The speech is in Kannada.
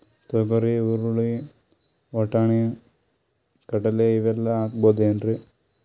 ತೊಗರಿ, ಹುರಳಿ, ವಟ್ಟಣಿ, ಕಡಲಿ ಇವೆಲ್ಲಾ ಹಾಕಬಹುದೇನ್ರಿ?